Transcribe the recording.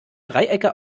dreiecke